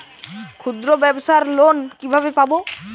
ক্ষুদ্রব্যাবসার লোন কিভাবে পাব?